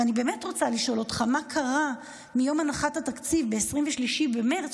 אני באמת רוצה לשאול אותך מה קרה מיום הנחת התקציב ב-23 במרץ,